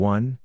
one